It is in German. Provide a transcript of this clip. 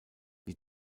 die